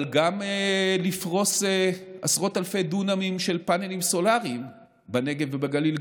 אבל גם לפרוס עשרות אלפי דונמים של פאנלים סולריים בנגב ובגליל,